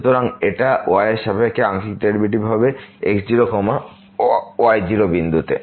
সুতরাং এটা y এর সাপেক্ষে আংশিক ডেরিভেটিভ হবে x0 y0 বিন্দুতে